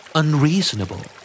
unreasonable